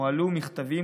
הועלו מכתבים,